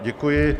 Děkuji.